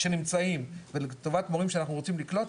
שנמצאים ולטובת מורים שאנחנו רוצים לקלוט,